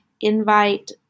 invite